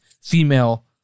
female